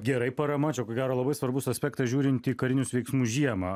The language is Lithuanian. gerai parama čia ko gero labai svarbus aspektas žiūrint į karinius veiksmus žiemą